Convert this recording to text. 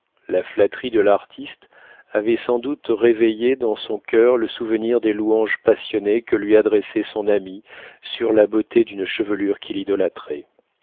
la flatterie de l'artiste avait sans doute réveillé dans son coeur le souvenir des louanges passionnées que lui adressait son ami sur la beauté d'une chevelure qu'il idolâtrait